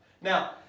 Now